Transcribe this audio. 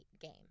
game